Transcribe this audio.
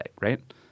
right